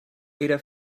era